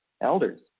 elders